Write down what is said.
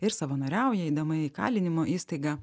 ir savanoriauja eidama į įkalinimo įstaigą